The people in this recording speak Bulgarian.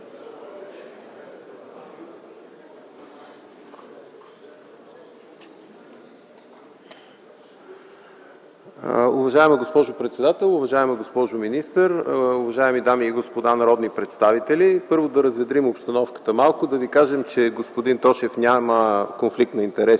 Уважаема госпожо председател, уважаема госпожо министър, уважаеми дами и господа народни представители! Първо, да разведрим малко обстановката и да ви кажем, че господин Тошев няма конфликт на интереси,